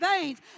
veins